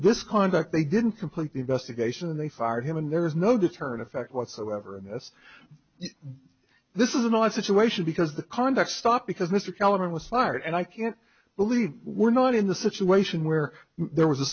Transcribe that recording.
this conduct they didn't complete the investigation they fired him and there is no deterrent effect whatsoever as this is an odd situation because the conduct stopped because mr kellerman was fired and i can't believe we're not in the situation where there was a